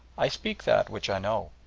i speak that which i know,